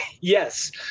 Yes